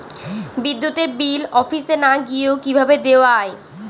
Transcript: বিদ্যুতের বিল অফিসে না গিয়েও কিভাবে দেওয়া য়ায়?